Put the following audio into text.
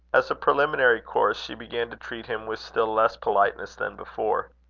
as a preliminary course, she began to treat him with still less politeness than before.